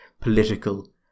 political